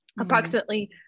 Approximately